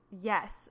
Yes